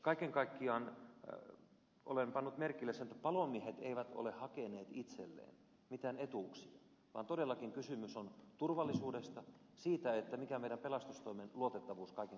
kaiken kaikkiaan olen pannut merkille sen että palomiehet eivät ole hakeneet itselleen mitään etuuksia vaan todellakin kysymys on turvallisuudesta siitä mikä meidän pelastustoimemme luotettavuus kaiken kaikkiaan on